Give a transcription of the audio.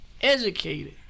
Educated